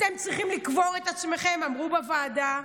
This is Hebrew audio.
"אתם צריכים לקבור את עצמכם" אמרו בוועדה.